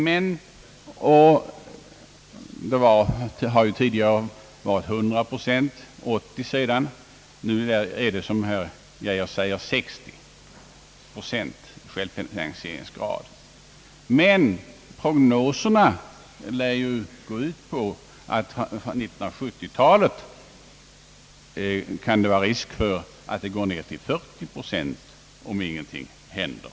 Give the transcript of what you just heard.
Självfinansieringsgraden har tidigare varit 100 procent och 80 procent, men är nu, såsom herr Arne Geijer sade, cirka 60 procent. Prognoserna lär dock gå ut på att det på 1970-talet kan vara risk för att den går ner till 40 procent om ingenting händer.